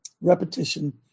repetition